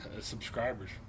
subscribers